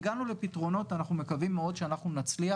הגענו לפתרונות ואנחנו מקווים מאוד שאנחנו נצליח.